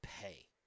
pay